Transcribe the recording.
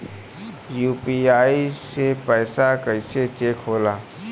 UPI से पैसा कैसे चेक होला?